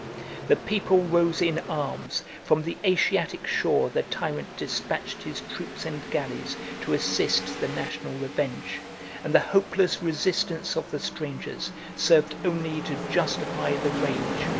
the people rose in arms from the asiatic shore the tyrant despatched his troops and galleys to assist the national revenge and the hopeless resistance of the strangers served only to justify the rage,